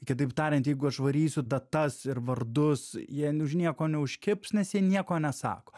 kitaip tariant jeigu aš varysiu datas ir vardus jie už nieko neužkibs nes jie nieko nesako